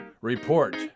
Report